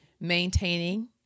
maintaining